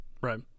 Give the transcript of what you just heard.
right